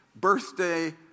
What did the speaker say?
birthday